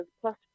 plus